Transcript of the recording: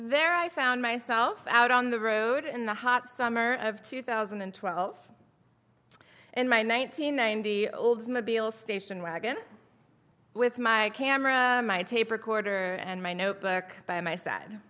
there i found myself out on the road in the hot summer of two thousand and twelve in my nineteen ninety oldsmobile station wagon with my camera my tape recorder and my notebook by